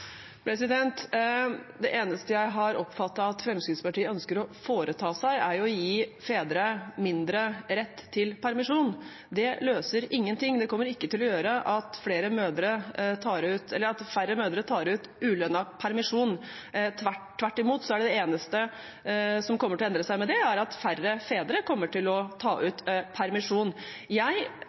Det eneste jeg har oppfattet at Fremskrittspartiet ønsker å foreta seg, er å gi fedre mindre rett til permisjon. Det løser ingenting. Det kommer ikke til å gjøre at færre mødre tar ut ulønnet permisjon. Tvert imot er det eneste som kommer til å endre seg med det, at færre fedre kommer til å ta ut permisjon. Jeg